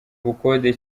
ubukode